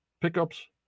pickups